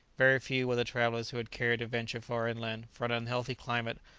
very few were the travellers who had cared to venture far inland, for an unhealthy climate,